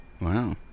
Wow